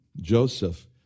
Joseph